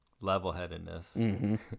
level-headedness